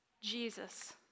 Jesus